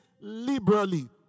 liberally